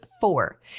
four